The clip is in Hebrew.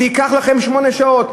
זה ייקח לכם שמונה שעות.